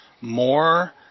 more